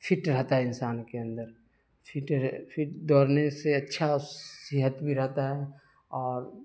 fit رہتا ہے انسان کے اندر فٹ دوڑنے سے اچھا صحت بھی رہتا ہے اور